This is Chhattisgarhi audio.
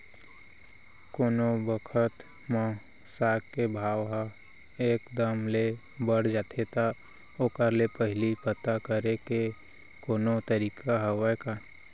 कोनो बखत म साग के भाव ह एक दम ले बढ़ जाथे त ओखर ले पहिली पता करे के कोनो तरीका हवय का?